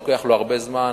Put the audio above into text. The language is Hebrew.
לוקח לו הרבה זמן.